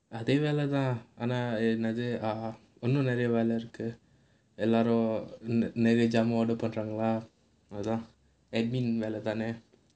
அதே வேலை தான் ஆனா என்னது:adhae velai thaan aanaa ennathu ah இன்னும் நிறைய வேலை இருக்கு எல்லாரும் நிறைய ஜாமான்:innum niraiya velai irukku ellaarum niraiya jaamaan order பண்றாங்களா அதான்:pandraangalaa adhaan administration வேலை தானே:velai thaanae